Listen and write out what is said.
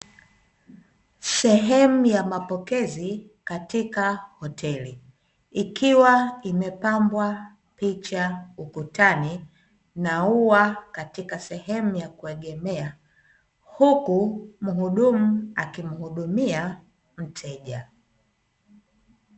Sehemu ya mapokezi katika hoteli, ikiwa imepambwa picha ukutani na ua katika sehemu ya kuegemea, huku muhudumu akimhudumia mteja.